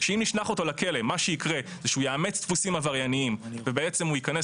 מה שיקרה זה שהוא יאמץ דפוסים עברייניים ובעצם הוא ייכנס